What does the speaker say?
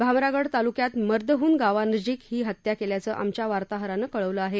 भामरागड तालुक्यात मर्दहून गावानजीक ही हत्या केल्याचं आमच्या वार्ताहरानं कळवलं आहे